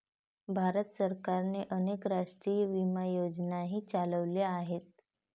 भारत सरकारने अनेक राष्ट्रीय विमा योजनाही चालवल्या आहेत